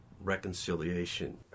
reconciliation